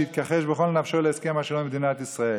שהתכחש בכל נפשו להסכם השלום עם מדינת ישראל.